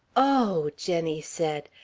oh jenny said.